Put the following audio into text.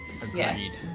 Agreed